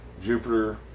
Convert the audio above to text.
Jupiter